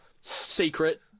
Secret